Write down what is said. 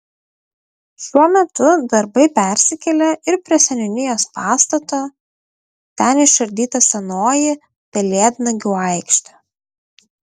šiuo metu darbai persikėlė ir prie seniūnijos pastato ten išardyta senoji pelėdnagių aikštė